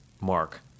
mark